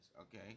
okay